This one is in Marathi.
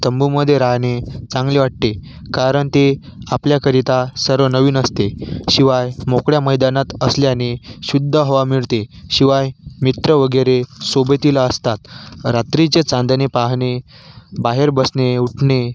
तंबूमध्ये राहणे चांगले वाटते कारण ते आपल्याकरिता सर्व नवीन असते शिवाय मोकळ्या मैदानात असल्याने शुद्ध हवा मिळते शिवाय मित्र वगैरे सोबतीला असतात रात्रीचे चांदणे पाहणे बाहेर बसणे उठणे